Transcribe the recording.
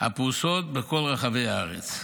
הפרוסות בכל רחבי הארץ.